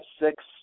six